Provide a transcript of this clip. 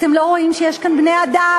אתם לא רואים שיש כאן בני-אדם,